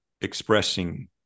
expressing